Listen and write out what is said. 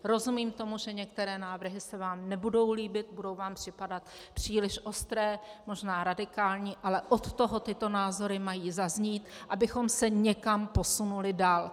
Rozumím tomu, že některé návrhy se vám nebudou líbit, budou vám připadat příliš ostré, možná radikální, ale od toho tyto názory mají zaznít, abychom se někam posunuli dál.